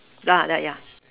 lah ah yeah